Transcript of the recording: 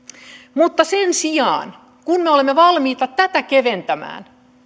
mutta sen sijaan kun me olemme valmiita tätä keventämään